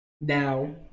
now